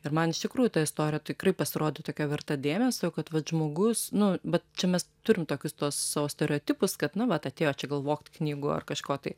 ir man iš tikrųjų ta istorija tikrai pasirodė tokia verta dėmesio kad vat žmogus nu bet čia mes turime tokius tuos savo stereotipus kad nu vat atėjo čia gal vogt knygų ar kažko tai